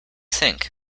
think